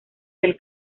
del